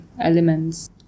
elements